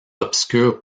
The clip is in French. obscures